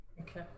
Okay